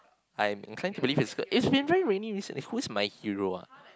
I'm inclined to believe i~ its been very raining recent who is my hero ah